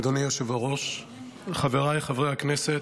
אדוני יושב-הראש, חבריי חברי הכנסת,